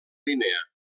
línia